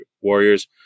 Warriors